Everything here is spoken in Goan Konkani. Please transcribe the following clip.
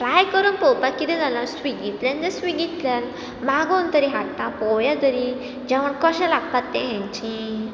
ट्राय करून पळोवपा किदें जालां स्विगींतल्यान जाल्या स्विगींतल्यान मागून तरी हाडटा पळोवया तरी जेवण कशें लागता तें हेंचें